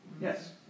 Yes